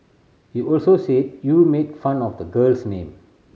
he also said you made fun of the girl's name